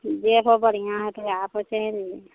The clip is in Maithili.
जाहिपर बढ़िआँ हेतै वएहपर चढ़ि लेब